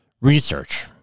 research